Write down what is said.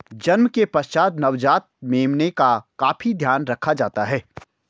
जन्म के पश्चात नवजात मेमने का काफी ध्यान रखा जाता है